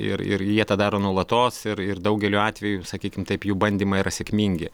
ir ir jie tą daro nuolatos ir ir daugeliu atveju sakykim taip jų bandymai yra sėkmingi